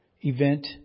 event